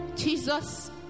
Jesus